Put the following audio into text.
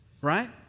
right